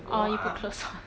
orh you put clothes on